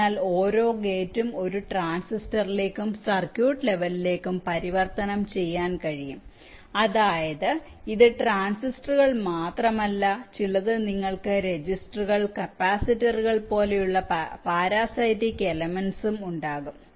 അതിനാൽ ഓരോ ഗേറ്റും ഒരു ട്രാൻസിസ്റ്ററിലേക്കും സർക്യൂട്ട് ലെവെലിലേക്കും പരിവർത്തനം ചെയ്യാൻ കഴിയും അതായത് ഇത് ട്രാൻസിസ്റ്ററുകൾ മാത്രമല്ല ചിലത് നിങ്ങൾക്ക് രജിസ്റ്ററുകൾ കപ്പാസിറ്ററുകൾ പോലുള്ള പാരാസൈറ്റിക് എലെമെന്റ്സും ഉണ്ടാകും